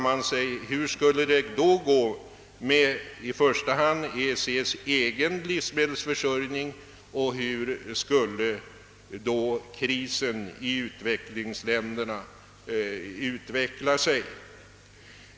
Hur skulle det i så fall gå med EEC:s egen livsmedelsförsörjning och hur skulle krisen i uländerna då utveckla sig?